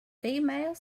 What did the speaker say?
female